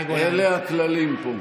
אלה הכללים פה.